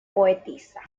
poetisa